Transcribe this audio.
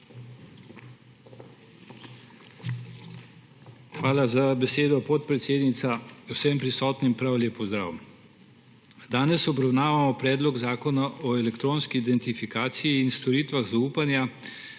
Hvala za besedo, podpredsednica. Vsem prisotnim prav lep pozdrav! Danes obravnavamo Predlog zakona o elektronski identifikaciji in storitvah zaupanja,